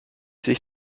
sich